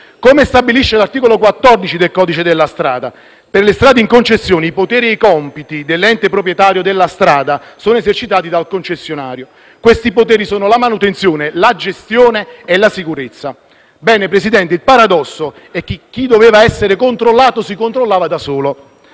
Come stabilisce l'articolo14 del codice della strada, per le strade in concessione i poteri e i compiti dell'ente proprietario della strada sono esercitati dal concessionario. Questi poteri sono la manutenzione, la gestione e la sicurezza. Ebbene, Signor Presidente, il paradosso è che chi doveva essere controllato si controllava da solo.